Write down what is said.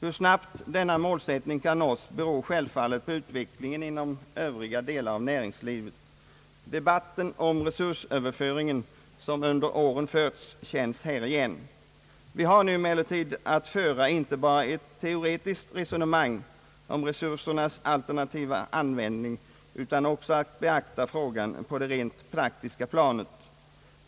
Hur snabbt denna målsättning kan nås beror självfallet på utvecklingen inom övriga delar av näringslivet. Den debatt om resursöverföringen som under åren förts känns här igen. Vi har nu emellertid att föra inte bara ett teoretiskt resonemang om resursernas alternativa användning utan också att beakta frågan på det praktiska planet.